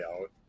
out